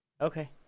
Okay